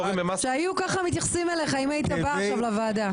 שהיו ככה מתייחסים אליך אם היית בא עכשיו לוועדה.